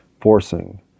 forcing